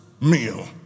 meal